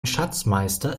schatzmeister